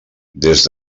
des